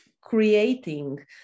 creating